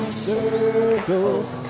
circles